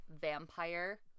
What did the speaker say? vampire